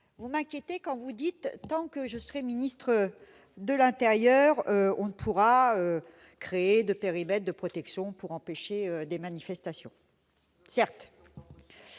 vous m'inquiétez quand vous dites tant que je serai ministre. De l'intérieur, on ne pourra créer de périmètres de protection pour empêcher des manifestations certes